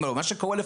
מה שקורה,